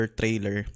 trailer